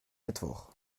mittwoch